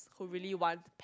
who really want